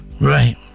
Right